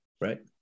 Right